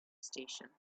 station